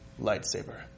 Lightsaber